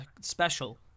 special